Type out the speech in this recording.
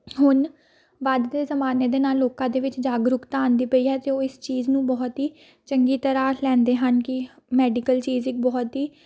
ਹੁਣ ਵਧਦੇ ਜ਼ਮਾਨੇ ਦੇ ਨਾਲ ਲੋਕਾਂ ਦੇ ਵਿੱਚ ਜਾਗਰੂਕਤਾ ਆਉਂਦੀ ਪਈ ਹੈ ਅਤੇ ਉਹ ਇਸ ਚੀਜ਼ ਨੂੰ ਬਹੁਤ ਹੀ ਚੰਗੀ ਤਰ੍ਹਾਂ ਲੈਂਦੇ ਹਨ ਕਿ ਮੈਡੀਕਲ ਚੀਜ਼ ਇੱਕ ਬਹੁਤ ਹੀ